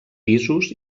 pisos